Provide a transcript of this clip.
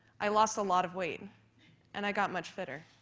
i lost a lot of weight and i got much fitter.